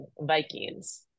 Vikings